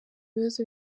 bibazo